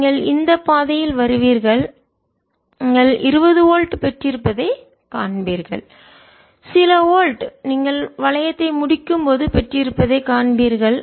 நீங்கள் இந்த பாதையில் வருவீர்கள் நீங்கள் 20 வோல்ட் பெற்றிருப்பதை காண்பீர்கள் சில வோல்ட் நீங்கள் வளையத்தை முடிக்கும்போது பெற்றிருப்பதை காண்பீர்கள்